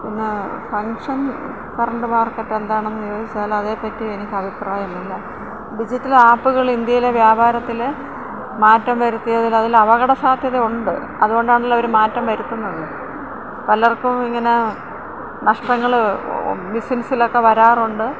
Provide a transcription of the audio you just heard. പിന്ന function current മാർക്കറ്റെന്താണെന്ന് ചോദിച്ചാല് അതേ പറ്റി എനിക്കഭിപ്രായമില്ല ഡിജിറ്റൽ ആപ്പുകൾ ഇന്ത്യയിലെ വ്യാപാരത്തില് മാറ്റം വരുത്തിയതിലതിൽ അപകട സാധ്യത ഉണ്ട് അതുകൊണ്ടാണാല്ലോ അവര് മാറ്റം വരുത്തുന്നത് പലർക്കും ഇങ്ങനെ നഷ്ടങ്ങള് ബിസിനസ്സിലക്കെ വരാറുണ്ട്